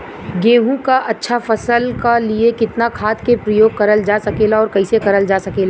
गेहूँक अच्छा फसल क लिए कितना खाद के प्रयोग करल जा सकेला और कैसे करल जा सकेला?